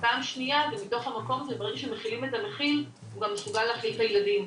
ופעם שנייה זה מתוך המקום שהוא גם מסוגל להכיל את הילדים.